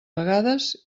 vegades